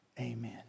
amen